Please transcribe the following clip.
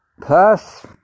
Plus